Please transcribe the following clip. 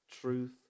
truth